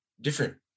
different